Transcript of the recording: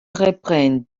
reprend